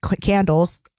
candles